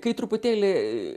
kai truputėlį